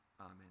Amen